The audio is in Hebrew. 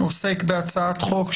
עוסק בהצעת חוק,